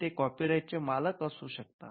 ते कॉपीराइटचे मालक असू शकतात